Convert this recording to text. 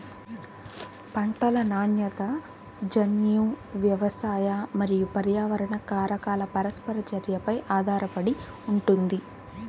పంటల నాణ్యత జన్యు, వ్యవసాయ మరియు పర్యావరణ కారకాల పరస్పర చర్యపై ఆధారపడి ఉంటుంది